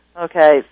Okay